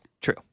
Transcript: True